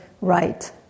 right